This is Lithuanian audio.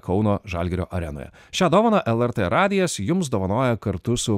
kauno žalgirio arenoje šią dovaną lrt radijas jums dovanoja kartu su